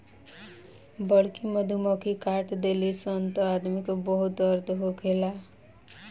बड़की मधुमक्खी काट देली सन त आदमी के बहुत दर्द होखेला